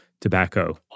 Tobacco